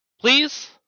Please